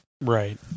Right